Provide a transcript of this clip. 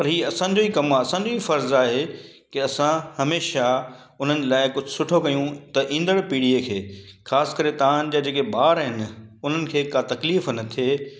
पर ही असांजो ई कमु आहे असांजो ई फ़र्ज़ु आहे कि असां हमेशह उन्हनि लाइ बि कुझु सुठो कयूं त ईंदड़ु पीढ़िय खे ख़ासि करे तव्हांजा जेके ॿार आहिनि उन्हनि खे का तकलीफ़ न थिए